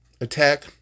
attack